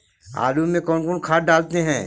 आलू में कौन कौन खाद डालते हैं?